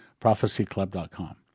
prophecyclub.com